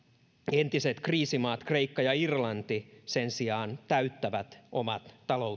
entiset kriisimaat kreikka ja irlanti sen sijaan täyttävät omat